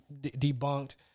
debunked